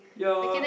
ya